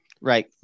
Right